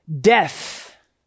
death